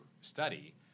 study